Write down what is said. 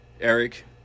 Eric